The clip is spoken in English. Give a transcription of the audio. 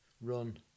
run